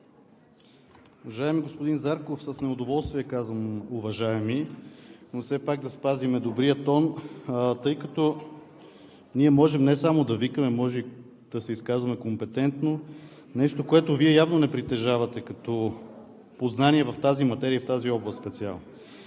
Уважаеми господин Зарков! С неудоволствие казвам уважаеми, но все пак да спазим и добрия тон, тъй като ние можем не само да викаме, можем да се изказваме компетентно – нещо, което Вие явно не притежавате като познание в тази материя, в тази област специално.